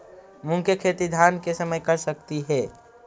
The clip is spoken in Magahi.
मुंग के खेती धान के समय कर सकती हे?